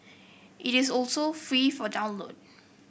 it is also free for download